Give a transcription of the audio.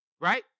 Right